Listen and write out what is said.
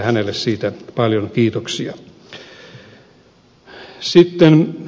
hänelle siitä paljon kiitoksia